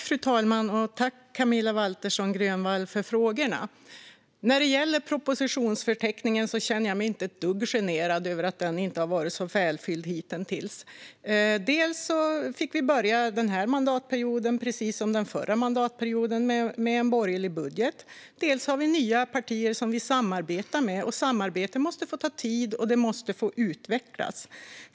Fru talman! Tack, Camilla Waltersson Grönvall, för frågorna! När det gäller propositionsförteckningen känner jag mig inte ett dugg generad över att den inte har varit så välfylld hittills. Vi fick börja den här mandatperioden med en borgerlig budget, precis som den förra mandatperioden. Dessutom har vi nya partier som vi samarbetar med, och samarbete måste få ta tid och utvecklas.